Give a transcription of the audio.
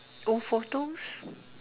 old photos